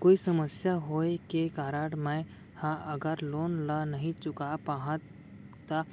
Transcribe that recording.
कोई समस्या होये के कारण मैं हा अगर लोन ला नही चुका पाहव त